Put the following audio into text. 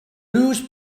whose